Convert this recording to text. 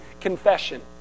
confession